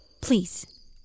Please